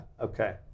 Okay